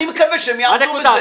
אני מקווה שהם יעמדו בזה.